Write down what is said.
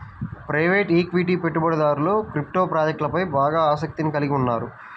private equity పెట్టుబడిదారులు crypto ప్రాజెక్ట్లపై బాగా ఆసక్తిని కలిగి ఉన్నారు